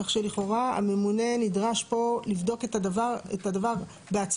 כך שלכאורה הממונה נדרש פה לבדוק את הדבר בעצמו,